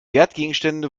wertgegenstände